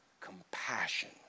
compassion